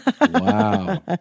Wow